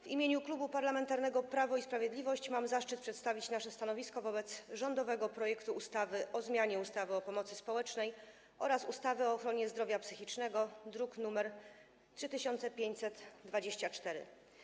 W imieniu Klubu Parlamentarnego Prawo i Sprawiedliwość mam zaszczyt przedstawić nasze stanowisko wobec rządowego projektu ustawy o zmianie ustawy o pomocy społecznej oraz ustawy o ochronie zdrowia psychicznego, druk nr 3524.